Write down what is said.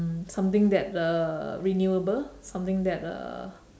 mm something that uh renewable something that uh